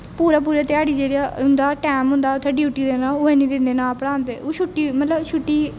पूरी पूरी ध्याड़ी जेह्ड़ा उं'दा टैम होंदा उत्थें ड्यूटी देने दा ओह् निं दिंदे नां पढ़ांदे ओह् छुट्टी मतलब छुट्टी